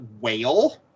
whale